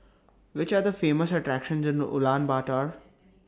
Which Are The Famous attractions in Ulaanbaatar